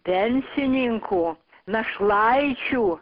pensininkų našlaičių